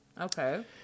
Okay